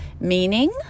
meaning